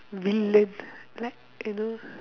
villain like you know